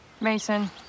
Mason